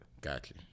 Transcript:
Gotcha